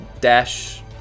dash